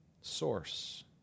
source